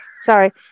Sorry